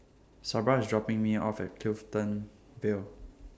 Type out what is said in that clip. Sabra IS dropping Me off At Clifton Vale